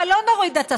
אבל לא נוריד את השכר,